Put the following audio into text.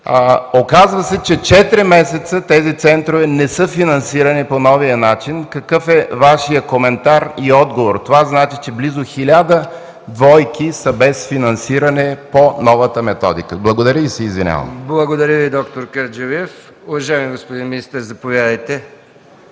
Оказва се, че четири месеца тези центрове не са финансирани по новия начин, какъв е Вашият коментар и отговор? Това значи, че близо хиляда двойки са без финансиране по новата методика. Благодаря и се извинявам. ПРЕДСЕДАТЕЛ МИХАИЛ МИКОВ: Благодаря, д р Кърджалиев. Уважаеми господин министър, заповядайте.